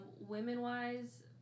Women-wise